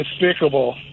despicable